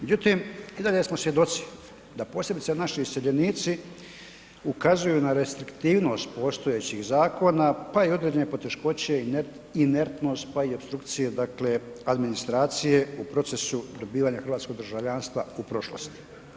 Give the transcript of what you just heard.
Međutim i dalje smo svjedoci, da posebice naši iseljenici ukazuju na restriktivnost postojećih zakona, pa i određene poteškoće, inertnost pa i opstrukcije dakle administracije u procesu dobivanja hrvatskog državljanstva u prošlosti.